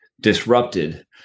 disrupted